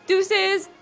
Deuces